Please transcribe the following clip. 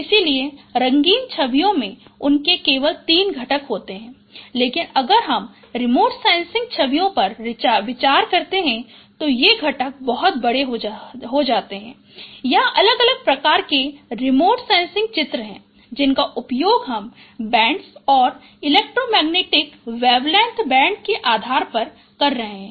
इसलिए रंगीन छवियों में उनके केवल तीन घटक होते हैं लेकिन अगर हम रिमोट सेंसिंग छवियों पर विचार करते हैं तो ये घटक बहुत बड़े हो सकते हैं यहाँ अलग अलग प्रकार के रिमोट सेंसिंग चित्र हैं जिनका उपयोग हम बैंड और इलेक्ट्रोमेग्नेटिक वेव लेंथ बैंड के आधार पर कर रहे हैं